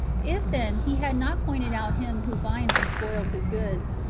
if, then, he had not pointed out him who binds and spoils his goods,